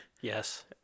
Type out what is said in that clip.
yes